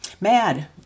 mad